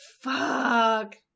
Fuck